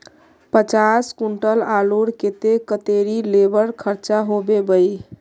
पचास कुंटल आलूर केते कतेरी लेबर खर्चा होबे बई?